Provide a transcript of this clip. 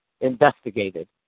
investigated